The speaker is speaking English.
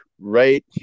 right